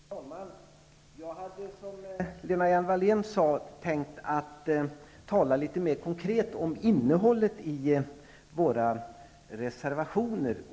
Fru talman! Jag hade, som Lena Hjelm-Wallén sade, tänkt tala litet mer konkret om innehållet i våra reservationer.